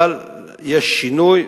אבל יש שינוי,